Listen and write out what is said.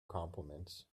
compliments